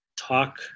talk